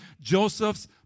joseph's